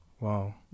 Wow